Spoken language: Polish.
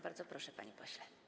Bardzo proszę, panie pośle.